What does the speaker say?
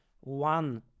one